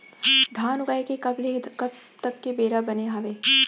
धान उगाए के कब ले कब तक के बेरा बने हावय?